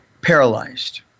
Paralyzed